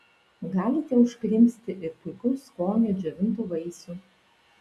galite užkrimsti ir puikaus skonio džiovintų vaisių